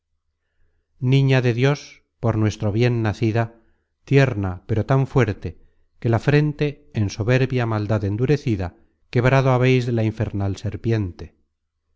niña de dios por nuestro bien nacida tierna pero tan fuerte que la frente en soberbia maldad endurecida quebrado habeis de la infernal serpiente